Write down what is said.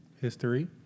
history